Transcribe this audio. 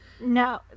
No